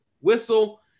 whistle